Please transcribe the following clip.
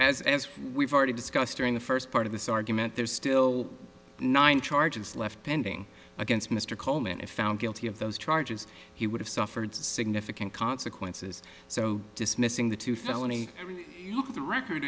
as as we've already discussed during the first part of this argument there's still nine charges left pending against mr coleman if found guilty of those charges he would have suffered significant consequences so dismissing the two felony i mean you look at the record